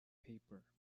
paper